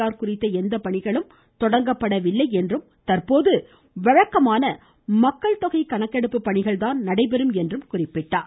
R குறித்த எந்த பணிகளும் தொடங்கப்படவில்லை என்றும் தற்போது வழக்கமான மக்கள் தொகை கணக்கெடுப்பு பணிகள் தான் நடைபெறும் என்றும் குறிப்பிட்டார்